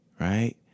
right